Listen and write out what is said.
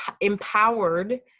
empowered